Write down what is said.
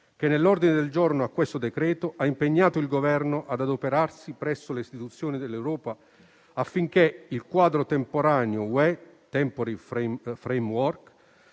che, nell'ordine del giorno a questo decreto, ha impegnato il Governo ad adoperarsi presso le istituzioni dell'Unione europea affinché il quadro temporaneo UE (*Temporary Framework*)